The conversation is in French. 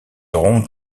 auront